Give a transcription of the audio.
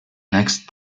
next